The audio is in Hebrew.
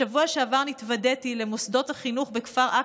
בשבוע שעבר התוודעתי למוסדות החינוך בכפר עקב,